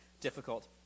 difficult